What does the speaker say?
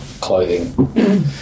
clothing